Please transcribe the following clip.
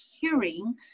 hearing